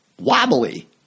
wobbly